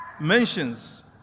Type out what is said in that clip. mentions